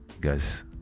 Guys